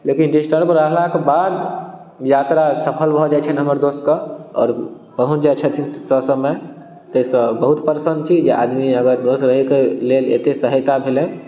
लेकिन डिस्टर्ब रहलाक बाद यात्रा सफल भऽ जाइ छनि हमर दोस्तके आओर पहुँच जाइ छथि ससमय तैसँ बहुत प्रसन्न छी जे आदमी अगर दोस्त रहैके लेल एतै सहायता भेलै